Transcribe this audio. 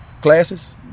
classes